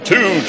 Two